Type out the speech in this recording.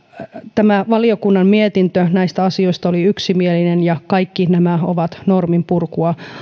tämä valiokunnan mietintö näistä asioista oli yksimielinen ja kaikki nämä ovat norminpurkua